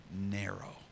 narrow